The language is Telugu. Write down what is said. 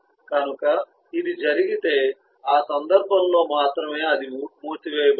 కనుక ఇది జరిగితే ఆ సందర్భంలో మాత్రమే అది మూసివేయబడుతుంది